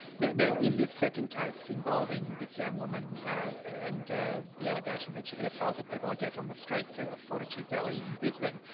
now in this second case involving this young woman and the allegation that she had assaulted people i guess on the streets ah of fortitude valley in brisbane,